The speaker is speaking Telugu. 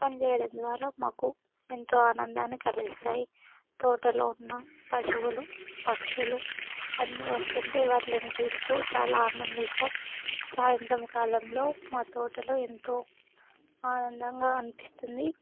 పనిచేయడం ద్వారా మాకు ఎంతో ఆనందాన్ని కలిగిస్తాయి తోటలో ఉన్న పశువులు పక్షులు అన్నీ వస్తూ ఉంటే వాటిని చూస్తూ చాలా ఆనందిస్తాము సాయంత్రం కాలంలో మా తోటలో ఎంతో ఆనందంగా అనిపిస్తుంది